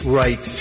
right